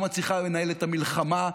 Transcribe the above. לא מצליחה לנהל את המלחמה,